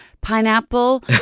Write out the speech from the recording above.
pineapple